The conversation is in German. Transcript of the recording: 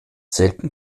selten